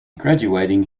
graduating